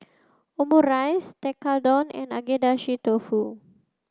Omurice Tekkadon and Agedashi Dofu